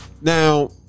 now